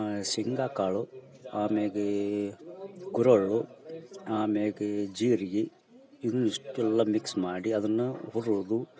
ಸೆಂಗಾಕಾಳು ಆಮೇಗೇ ಗುರಳ್ಳು ಆಮೇಗೆ ಜೀರ್ಗಿ ಇದ್ನ ಇಷ್ಟೆಲ್ಲ ಮಿಕ್ಸ್ ಮಾಡಿ ಅದನ್ನ ಹುರಿದು